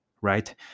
right